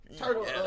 turtle